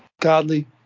godly